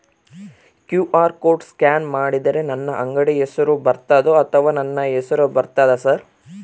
QR code scan ಮಾಡಿದರೆ ನನ್ನ ಅಂಗಡಿ ಹೆಸರು ಬರ್ತದೋ ಅಥವಾ ನನ್ನ ಹೆಸರು ಬರ್ತದ ಸರ್?